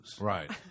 Right